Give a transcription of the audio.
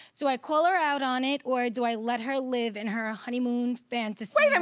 do i call her out on it, or do i let her live in her ah honeymoon fantasy wait um